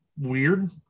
weird